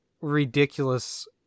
ridiculous